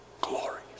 Glory